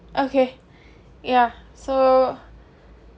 okay ya so